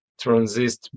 transist